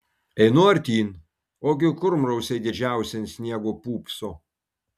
einu artyn ogi kurmrausiai didžiausi ant sniego pūpso